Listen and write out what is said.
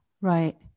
right